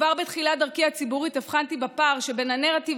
כבר בתחילת דרכי הציבורית הבחנתי בפער שבין הנרטיב